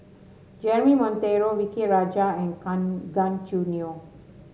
Jeremy Monteiro V K Rajah and Kan Gan Choo Neo